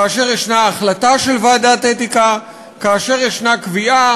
כאשר יש החלטה של ועדת האתיקה, כאשר יש קביעה